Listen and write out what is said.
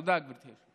תודה, גברתי.